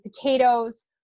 potatoes